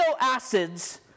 acids